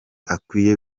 akwiye